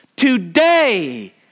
Today